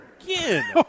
again